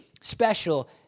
special